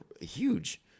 huge